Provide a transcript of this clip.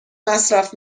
مصرف